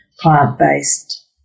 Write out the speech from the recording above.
plant-based